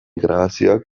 grabazioak